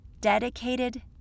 dedicated